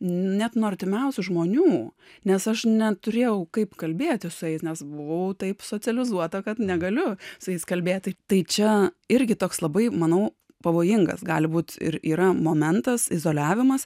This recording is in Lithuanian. net nuo artimiausių žmonių nes aš neturėjau kaip kalbėtis su jais nes buvau taip socializuota kad negaliu su jais kalbėti tai čia irgi toks labai manau pavojingas gali būti ir yra momentas izoliavimas